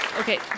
Okay